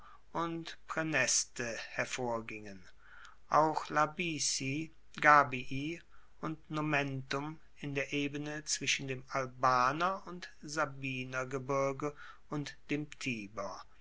und praeneste hervorgingen auch labici gabii und nomentum in der ebene zwischen dem albaner und sabinergebirge und dem tiber